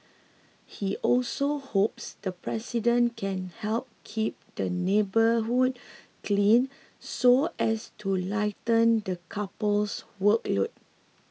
he also hopes the president can help keep the neighbourhood clean so as to lighten the couple's workload